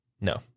No